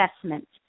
assessment